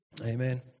Amen